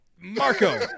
Marco